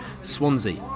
Swansea